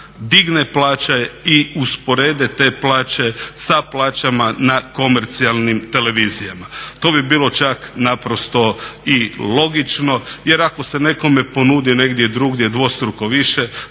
digne plaće i usporede te plaće sa plaćama na komercijalnim televizijama. To bi bilo čak naprosto i logično. Jer ako se nekome ponudi negdje drugdje dvostruko više